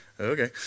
okay